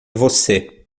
você